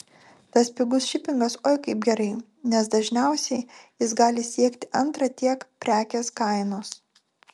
tas pigus šipingas oi kaip gerai nes dažniausiai jis gali siekt antrą tiek prekės kainos